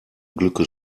glückes